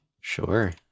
Sure